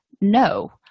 no